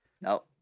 No